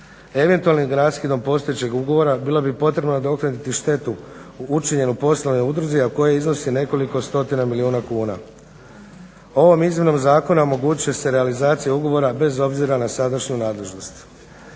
Eventualnim raskidom postojećeg ugovora bilo bi potrebno nadoknaditi štetu učinjenu poslovnoj udruzi, a koja iznosi nekoliko stotina milijuna kuna. Ovom izmjenom zakona omogućit će se realizacija ugovora bez obzira na sadašnju nadležnost.